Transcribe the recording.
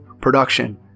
production